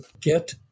get